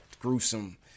gruesome